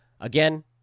Again